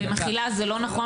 במחילה, זה לא נכון.